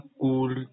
cool